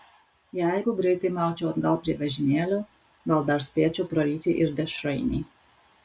jeigu greitai maučiau atgal prie vežimėlio gal dar spėčiau praryti ir dešrainį